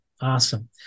Awesome